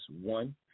one